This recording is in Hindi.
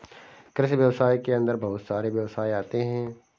कृषि व्यवसाय के अंदर बहुत सारे व्यवसाय आते है